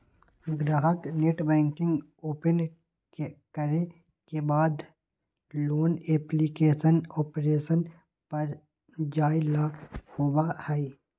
ग्राहक net banking open करे के बाद लोन एप्लीकेशन ऑप्शन पर जाय ला होबा हई